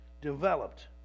developed